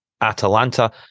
Atalanta